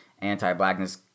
anti-blackness